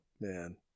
Man